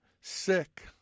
sick